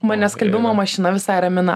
mane skalbimo mašina visai ramina